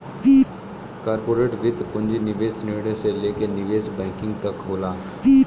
corporate वित्त पूंजी निवेश निर्णय से लेके निवेश बैंकिंग तक होला